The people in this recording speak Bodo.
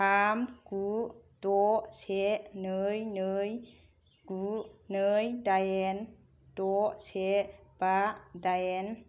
थाम गु द' से नै नै गु नै दाइन द' से बा दाइन